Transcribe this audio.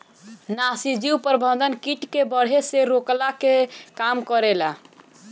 नाशीजीव प्रबंधन किट के बढ़े से रोकला के काम करेला